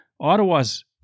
Ottawa's